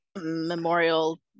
memorial